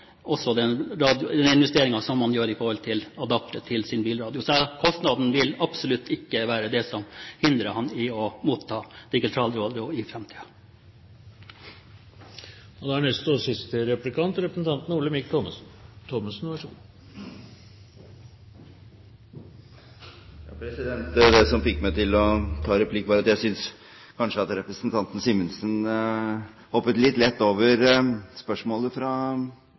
også å motta digitale sendinger. Kostnaden for den bruken vil være minimal. Jeg vil tro at den samme brukeren av bilradio vil skifte ut sin mobiltelefon mange ganger. Hvis vi sammenligner det med den investeringen man gjør i adapter til bilradioen, vil kostnaden absolutt ikke være det som hindrer ham i å motta digitalradio i framtiden. Det som fikk meg til å ta replikk, var at jeg kanskje synes at representanten Simensen hoppet litt lett over spørsmålet fra